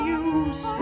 use